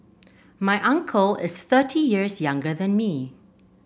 my uncle is thirty years younger than me